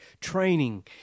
training